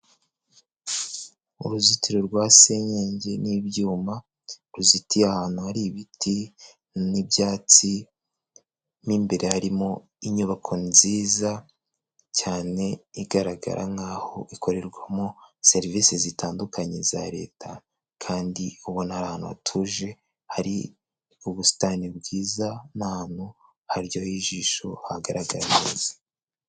Uruzitiro rwa senyenge n'ibyuma, ruzitiye ahantu hari ibiti n'ibyatsi, n'imbere harimo inyubako nziza cyane igaragara nk'aho ikorerwamo serivisi zitandukanye za leta. Kandi ubona ari ahantu hatuje hari ubusitani bwiza, n'ahantu haryoheye ijisho hagaragaraye neza.